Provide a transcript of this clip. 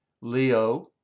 Leo